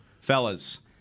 fellas